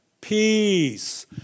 peace